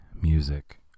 music